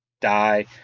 die